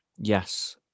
Yes